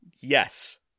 yes